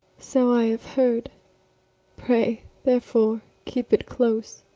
so i have heard pray, therefore, keep it close.